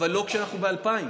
אבל לא כשאנחנו ב-2,000,